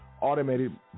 automated